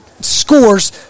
scores